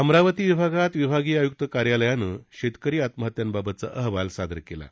अमरावती विभागात विभागीय आयुक्त कार्यालयाने शेतकरी आत्महत्यांबाबतचा अहवाल सादर केला आहे